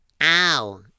Ow